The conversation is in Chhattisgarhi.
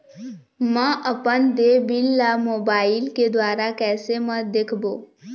म अपन देय बिल ला मोबाइल के द्वारा कैसे म देखबो?